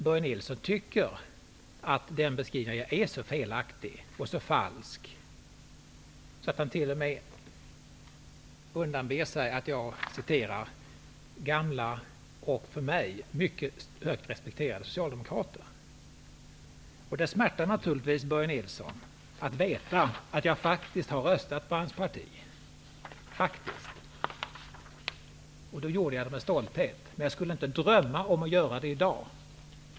Börje Nilsson tycker att beskrivningen är så felaktig och så falsk att han t.o.m. undanber sig att jag apostroferar några gamla och av mig mycket högt respekterade socialdemokrater. Det smärtar naturligtvis Börje Nilsson att veta att jag faktiskt har röstat på hans parti -- och då gjorde jag det med stolthet. Men jag skulle inte drömma om att göra det i dag.